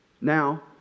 Now